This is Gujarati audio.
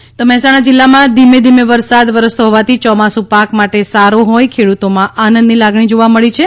મહેસાણા વરસાદ મહેસાણા જિલ્લામાં ધીમે ધીમે વરસાદ વરસતો હોવાથી ચોમાસું પાક માટે સારો હોઈ ખેડૂતોમાં આનંદની લાગણી જોવા મળી રહી છે